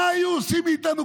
מה היו עושים מאיתנו?